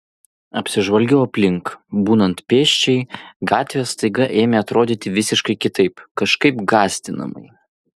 apsižvalgiau aplink būnant pėsčiai gatvės staiga ėmė atrodyti visiškai kitaip kažkaip gąsdinamai